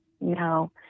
No